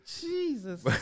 Jesus